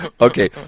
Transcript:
Okay